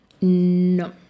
no